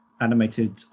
animated